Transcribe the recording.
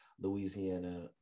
Louisiana